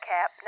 Cap